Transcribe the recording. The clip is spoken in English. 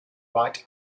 right